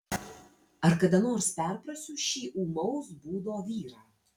ar kada nors perprasiu šį ūmaus būdo vyrą